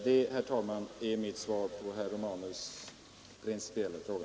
Det, herr talman, är mitt svar på herr Romanus principiella fråga.